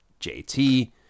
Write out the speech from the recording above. JT